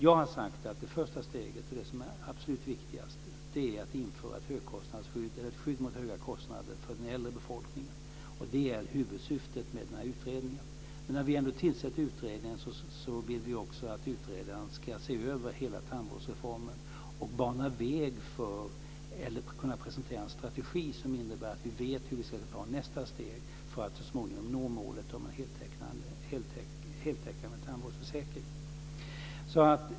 Jag har sagt att det första steget, och det som är absolut viktigast, är att införa ett skydd mot höga kostnader för den äldre befolkningen. Det är huvudsyftet med denna utredning. Men när vi ändå tillsätter en utredning vill vi också att utredaren ska se över hela tandvårdsreformen och kunna presentera en strategi som innebär att vi vet hur vi ska ta nästa steg för att så småningom nå målet om en heltäckande tandvårdsförsäkring.